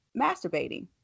masturbating